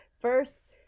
first